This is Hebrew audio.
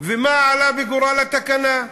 ומה עלה בגורל התקנה.